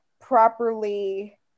properly